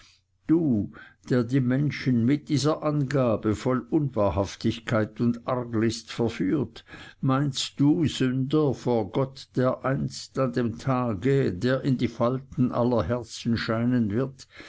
du der die menschen mit dieser angabe voll unwahrhaftigkeit und arglist verführt meinst du sünder vor gott dereinst an dem tage der in die falten aller herzen scheinen wird